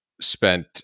spent